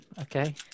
Okay